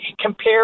compare